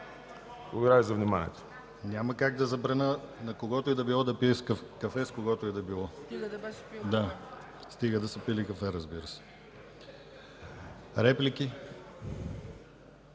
Благодаря за вниманието.